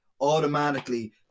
automatically